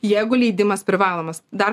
jeigu leidimas privalomas dar